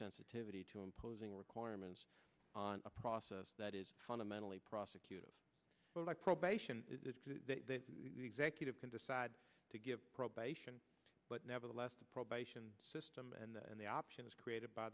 sensitivity to imposing requirements on a process that is fundamentally prosecuted but i probation executive can decide to give probation but nevertheless the probation system and the option is created by